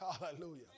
Hallelujah